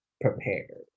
prepared